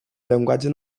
llenguatge